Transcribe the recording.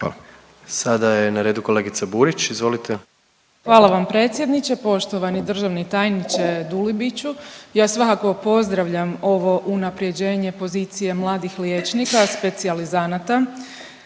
Sada je na redu kolegica Burić, izvolite. **Burić, Majda (HDZ)** Hvala vam predsjedniče. Poštovani državni tajniče Dulibiću. Ja svakako pozdravljam ovo unapređenje pozicije mladih liječnika specijalizanata,